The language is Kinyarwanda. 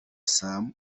sam